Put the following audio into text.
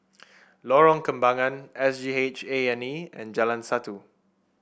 Lorong Kembangan S G H A and E and Jalan Satu